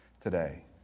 today